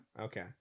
okay